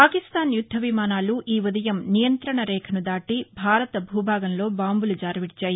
పాకిస్థాన్ యుద్ధవిమానాలు ఈ ఉదయం నియంతణ రేఖను దాటి భారత భూభాగంలో బాంబులు జారవిదిచాయి